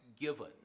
given